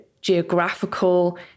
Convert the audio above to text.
geographical